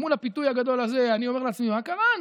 ומול הפיתוי הגדול הזה אני אומר לעצמי: מה קרה,